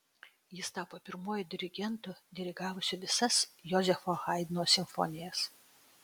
jis tapo pirmuoju dirigentu dirigavusiu visas jozefo haidno simfonijas